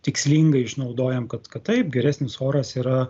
tikslingai išnaudojam kad kad taip geresnis oras yra